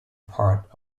part